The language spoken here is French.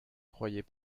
croyais